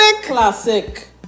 Classic